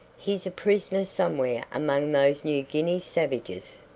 he's a prisoner somewhere among those new guinea savages,